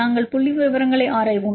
நாங்கள் புள்ளிவிவரங்களை ஆராய்வோம்